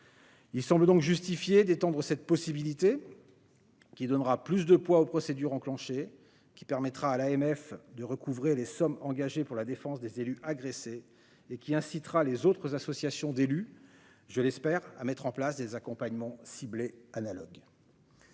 Il semble donc justifié d'étendre cette possibilité qui donnera plus de poids aux procédures enclenchées qui permettra à l'AMF de recouvrer les sommes engagées pour la défense des élus agressés et qui incitera les autres associations d'élus, je l'espère, à mettre en place des accompagnements ciblés analogues.